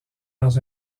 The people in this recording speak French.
dans